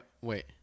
Wait